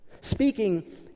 Speaking